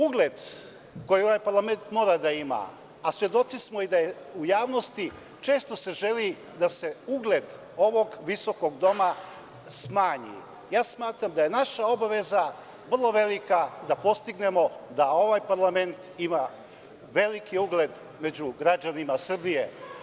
Ugled koji ovaj parlament mora da ima, a svedoci smo i da u javnosti često se želi da se ugled ovog visokog doma smanji, smatram da je naša obaveza vrlo velika, da postignemo da ovaj parlament ima veliki ugled među građanima Srbije.